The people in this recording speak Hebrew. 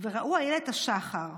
וראו איילת השחר",